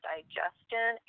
Digestion